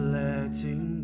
letting